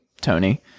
Tony